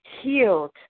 healed